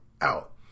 out